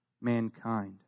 mankind